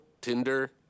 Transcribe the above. Tinder